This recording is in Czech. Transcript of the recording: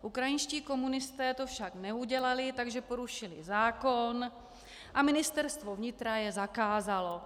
Ukrajinští komunisté to však neudělali, takže porušili zákon a ministerstvo vnitra je zakázalo.